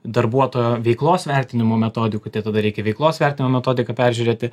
darbuotojo veiklos vertinimo metodikų tada reikia veiklos vertinimo metodiką peržiūrėti